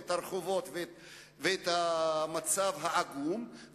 את הרחובות ואת המצב העגום,